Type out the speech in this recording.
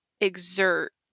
exert